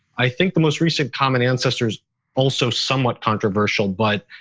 i think the most recent common ancestors also somewhat controversial, but